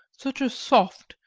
such a soft,